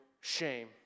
shame